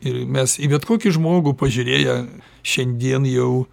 ir mes į bet kokį žmogų pažiūrėję šiandien jau